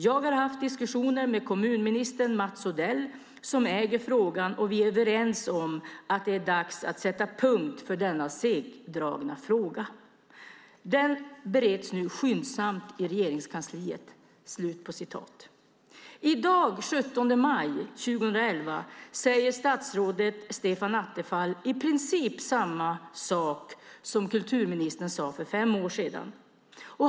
Jag har haft diskussioner med kommunministern Mats Odell, som äger frågan, och vi är överens om att det är dags att sätta punkt för denna segdragna fråga. Den bereds nu skyndsamt i Regeringskansliet." I dag, den 17 maj 2011, säger statsrådet Stefan Attefall i princip samma sak som kulturministern sade för fem år sedan.